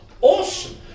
Awesome